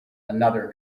another